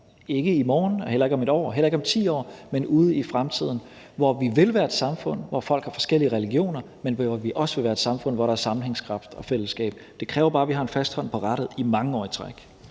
ikke i morgen, heller ikke om 1 år og heller ikke om 10 år, men ude i fremtiden – hvor vi vil være et samfund, hvor folk har forskellige religioner, men også et samfund, hvor der er sammenhængskraft og fællesskab. Det kræver bare, at vi har en fast hånd på rattet i mange år i træk.